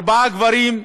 ארבעה גברים,